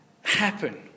happen